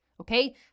okay